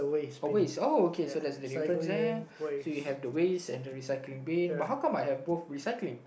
but wait it's oh okay so there's a difference there so you have the waste and the recycling bin but how come I have both recycling